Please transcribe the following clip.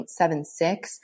0.76